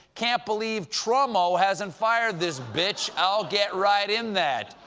can't believe trumo hasn't fired this bitch. i'll get right in that.